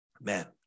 Man